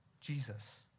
Jesus